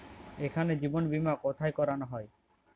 এখানে জীবন বীমা কোথায় করানো হয়?